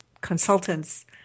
consultants